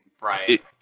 Right